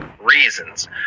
reasons